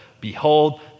behold